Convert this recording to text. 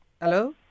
Hello